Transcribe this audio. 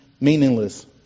meaningless